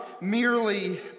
merely